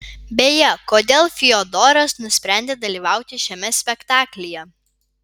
beje kodėl fiodoras nusprendė dalyvauti šiame spektaklyje